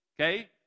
Okay